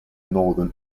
northern